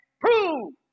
Prove